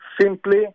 simply